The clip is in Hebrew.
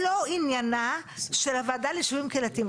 זה לא עניינה של הוועדה ליישובים קהילתיים.